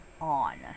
on